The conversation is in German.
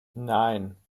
nein